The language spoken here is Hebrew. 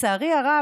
לצערי הרב,